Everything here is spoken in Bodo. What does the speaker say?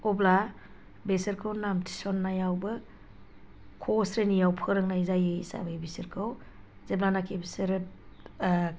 अब्ला बिसोरखौ नाम थिसननायावबो क स्रिनियाव फोरोंनाय जायो हिसाबै बिसोरखौ जेब्लानाखि बिसोरो